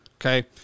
okay